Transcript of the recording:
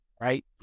right